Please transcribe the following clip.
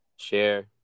Share